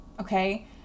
okay